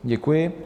Děkuji.